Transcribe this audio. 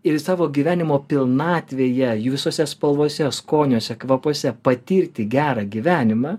ir jis savo gyvenimo pilnatvėje jų visuose spalvose skoniuose kvapuose patirti gerą gyvenimą